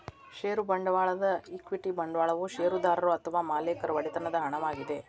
ಷೇರು ಬಂಡವಾಳದ ಈಕ್ವಿಟಿ ಬಂಡವಾಳವು ಷೇರುದಾರರು ಅಥವಾ ಮಾಲೇಕರ ಒಡೆತನದ ಹಣವಾಗಿದೆ